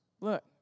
Look